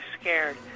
scared